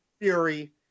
Fury